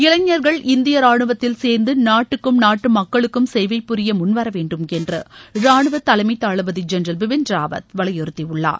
இளைஞர்கள் இந்திய ரானுவத்தில் சேர்ந்து நாட்டுக்கும் நாட்டு மக்களுக்கும் சேவை புரிய முன் வர வேண்டும் என்று ரானுவ தலைமை தளபதி ஜென்ரல் பிபின் ராவத் வலியுறுத்தியுள்ளார்